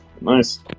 Nice